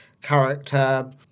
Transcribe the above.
character